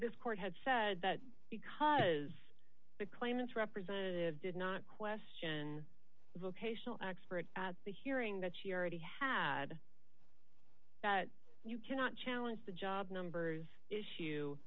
this court had said that because the claimants representative did not question vocational experts at the hearing that she already had that you cannot challenge the job numbers issue